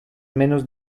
menos